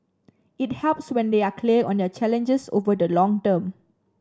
it helps when they are clear on their challenges over the long term